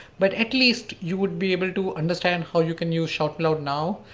but at least you would be able to understand how you can use shoutmeloud now,